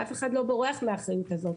ואף אחד לא בורח מהאחריות הזו,